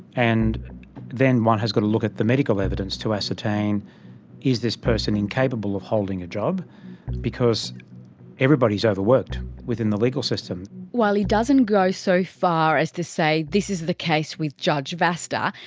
and then one has got to look at the medical evidence to ascertain is this person incapable of holding a job because everybody's overworked within the legal system while he doesn't go so far as to say this is the case with judge vasta,